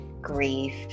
grief